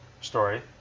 story